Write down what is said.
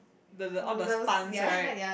the the all the stunts right